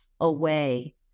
away